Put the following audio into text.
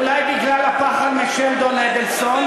אולי בגלל הפחד משלדון אדלסון.